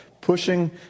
pushing